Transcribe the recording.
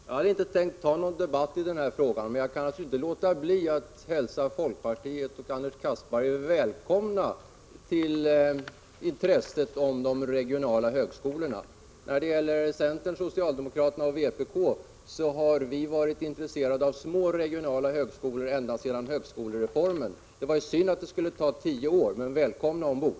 Herr talman! Jag hade inte tänkt ta upp någon debatt i denna fråga, men kan inte låta bli att hälsa Anders Castberger och folkpartiet välkomna till arbetet för de regionala högskolorna. Centern, socialdemokraterna och vpk har varit intresserade av små regionala högskolor ända sedan tiden för högskolereformen. Det var synd att detta uppvaknande skulle ta tio år, men välkomna ombord!